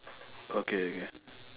okay okay